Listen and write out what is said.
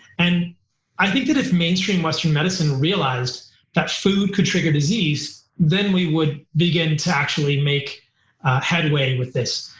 and i think that if mainstream western medicine realized that food could trigger disease, then we would begin to actually make headway with this.